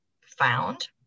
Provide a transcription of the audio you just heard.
found